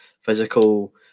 physical